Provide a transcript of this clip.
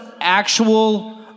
actual